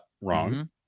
Wrong